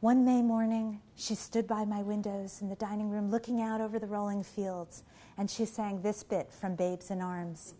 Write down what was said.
one may morning she stood by my windows in the dining room looking out over the rolling fields and she sang this bit from babes in arms